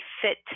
fit